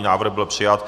Návrh byl přijat.